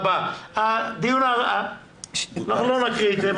אנחנו לא נקריא את זה,